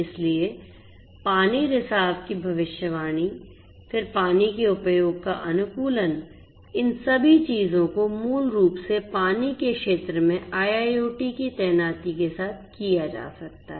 इसलिए पानी रिसाव की भविष्यवाणी फिर पानी के उपयोग का अनुकूलन इन सभी चीजों को मूल रूप से पानी के क्षेत्र में IIoT की तैनाती के साथ किया जा सकता है